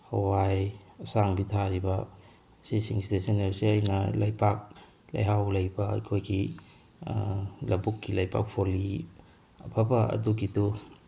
ꯍꯋꯥꯏ ꯑꯁꯥꯡꯕꯤ ꯊꯥꯔꯤꯕ ꯁꯤꯁꯤꯡꯁꯤꯗ ꯁꯤꯖꯤꯟꯅꯔꯤꯁꯦ ꯑꯩꯅ ꯂꯩꯕꯥꯛ ꯂꯩꯍꯥꯎ ꯂꯩꯕ ꯑꯩꯈꯣꯏꯒꯤ ꯂꯕꯨꯛꯀꯤ ꯂꯩꯕꯥꯛ ꯐꯣꯜꯂꯤ ꯑꯐꯕ ꯑꯗꯨꯒꯤꯗꯨ